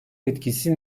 etkisi